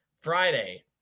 Friday